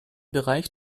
bereich